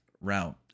route